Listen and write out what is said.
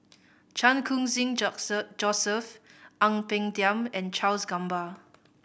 Chan Khun Sing Joseph Ang Peng Tiam and Charles Gamba